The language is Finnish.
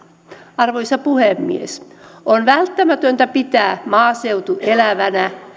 arvoisa puhemies on välttämätöntä pitää maaseutu elävänä